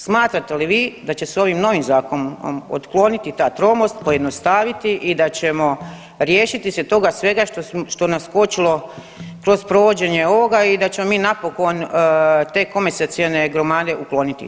Smatrate li vi da će se ovim novim zakonom otkloniti ta tromost, pojednostaviti i da ćemo riješiti se toga svega što nas kočilo kroz provođenje ovoga i da ćemo mi napokon te komasacione gromade ukloniti.